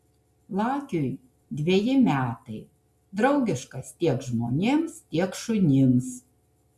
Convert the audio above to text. lakiui dveji metai draugiškas tiek žmonėms tiek šunims